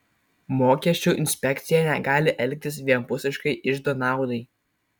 mokesčių inspekcija negali elgtis vienpusiškai iždo naudai